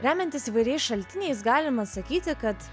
remiantis įvairiais šaltiniais galima sakyti kad